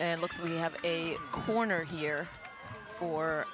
and looks we have a corner here for